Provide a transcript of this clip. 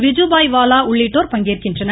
விஜுபாய் வாலா உள்ளிட்டோர் பங்கேற்கின்றனர்